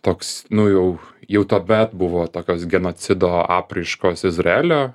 toks nu jau jau tuomet buvo tokios genocido apraiškos izraelio